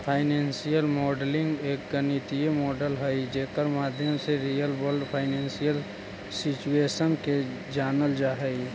financial modelling एक गणितीय model हई जेकर माध्यम से रियल वर्ल्ड फाइनेंशियल सिचुएशन के जानल जा हई